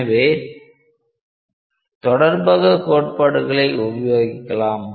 எனவே தொடர்பக கோட்பாடுகளை உபயோகிக்கலாம்